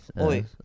Oi